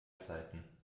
zeiten